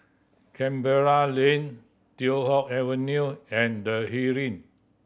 Canberra Lane Teow Hock Avenue and The Heeren